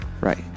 Right